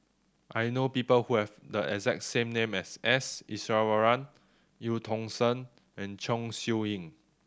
I know people who have the exact same name as S Iswaran Eu Tong Sen and Chong Siew Ying